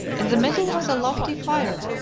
in the middle was a lofty fire,